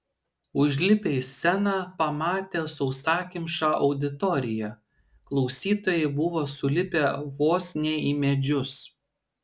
užlipę į sceną pamatė sausakimšą auditoriją klausytojai buvo sulipę vos ne į medžius